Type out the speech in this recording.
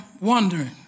wondering